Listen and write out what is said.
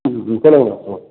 ம் ம் சொல்லுங்கள் மேடம் ம்